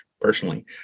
personally